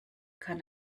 kann